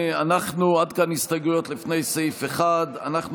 עד כאן הסתייגויות לפני סעיף 1. אנחנו